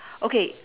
okay